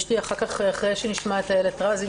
אחרי שנשמע את איילת רזין,